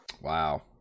Wow